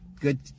Good